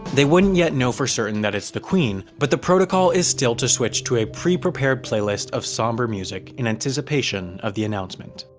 they wouldn't wouldn't yet know for certain that it's the queen, but the protocol is still to switch to a pre-prepared playlist of somber music, in anticipation of the announcement.